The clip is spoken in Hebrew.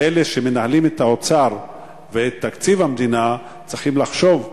אלה שמנהלים את האוצר ואת תקציב המדינה צריכים לחשוב.